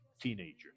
teenager